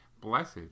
Blessed